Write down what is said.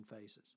phases